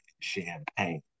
Champagne